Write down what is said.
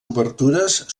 obertures